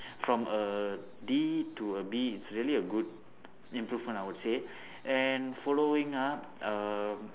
from a D to a B it's really a good improvement I would say and following up uh